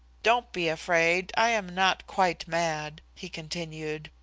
don't be afraid i am not quite mad, he continued,